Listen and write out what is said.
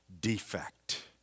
defect